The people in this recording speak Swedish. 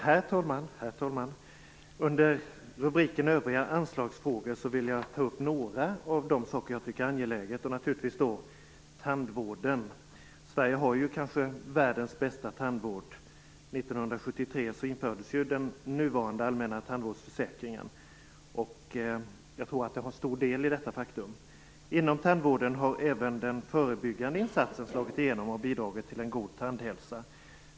Herr talman! Under rubriken övriga anslagsfrågor vill jag ta upp några av de saker jag tycker är angelägna, och då naturligtvis tandvården. Sverige har kanske världens bästa tandvård. År 1973 infördes den nuvarande allmänna tandvårdsförsäkringen. Jag tror att den har en stor del i detta faktum. Inom tandvården har även den förebyggande insatsen slagit igenom och bidragit till en god tandhälsa.